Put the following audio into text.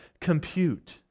compute